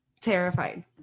terrified